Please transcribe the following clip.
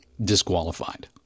disqualified